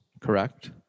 Correct